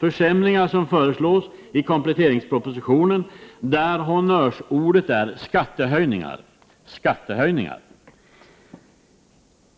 Det är försämringar som föreslås i kompletteringspropositionen, där honnörsordet är skattehöjningar och åter skattehöjningar.